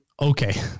Okay